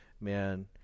man